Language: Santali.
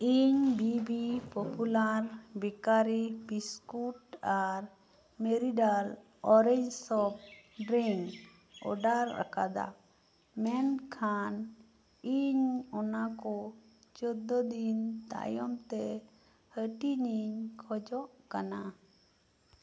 ᱤᱧ ᱵᱤ ᱵᱤ ᱯᱚᱯᱩᱞᱟᱨ ᱵᱤᱠᱟᱨᱤ ᱵᱤᱥᱠᱩᱴ ᱟᱨ ᱢᱮᱨᱤᱰᱟᱨ ᱚᱨᱮᱧᱡᱽ ᱥᱳᱯ ᱰᱨᱤᱝᱠ ᱚᱨᱰᱟᱨ ᱟᱠᱟᱫᱟ ᱢᱮᱱᱠᱷᱟᱱ ᱤᱧ ᱚᱱᱟᱠᱚ ᱪᱳᱫᱽᱫᱚ ᱫᱤᱱ ᱛᱟᱭᱚᱢ ᱛᱮ ᱦᱟᱹᱴᱤᱧ ᱤᱧ ᱠᱷᱚᱡᱚᱜ ᱠᱟᱱᱟ